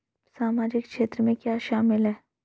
सामाजिक क्षेत्र में क्या शामिल है?